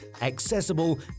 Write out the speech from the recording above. accessible